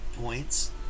points